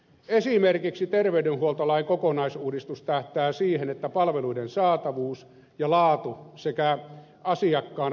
esimerkiksi terveydenhuoltolain kokonaisuudistus tähtää siihen että palveluiden saatavuus ja laatu sekä asiakkaan valinnanvapaus lisääntyvät